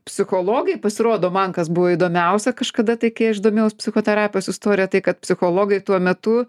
psichologai pasirodo man kas buvo įdomiausia kažkada tai kai aš domėjaus psichoterapijos istorija tai kad psichologai tuo metu